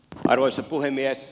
arvoisa puhemies